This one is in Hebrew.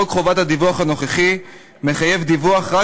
חוק חובת הדיווח הנוכחי מחייב דיווח רק